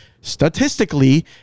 statistically